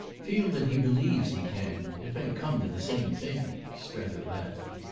feel that he believes he can. it may come to the same thing! strether laughed.